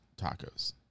tacos